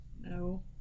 No